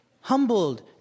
humbled